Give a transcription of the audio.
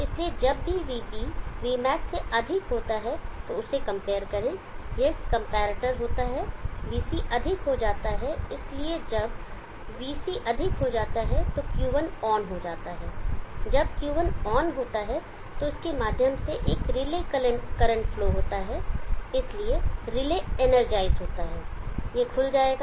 इसलिए जब भी vB vmax से अधिक होता है तो उसे कंपेयर करें यह कंपैरेटर होता है Vc अधिक हो जाता है इसलिए जब Vc अधिक हो जाता है तो Q1 ऑन हो जाता है जब Q1 ऑन होता है तो इसके माध्यम से एक रिले करंट फ्लो होता है इसलिए रिले इनरजाइज होता है यह खुल जाएगा